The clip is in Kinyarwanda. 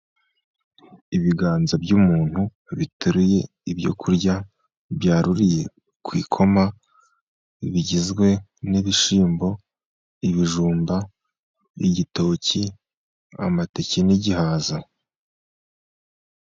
Ibiganza by'umuntu biteruye ibyo kurya byaruriye ku ikoma bigizwe n'ibishyimbo , ibijumba , igitoki , amateke n'igihaza.